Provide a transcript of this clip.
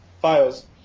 files